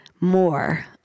more